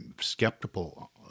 skeptical